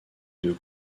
deux